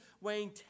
weighing